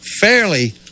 fairly